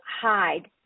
hide